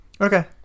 Okay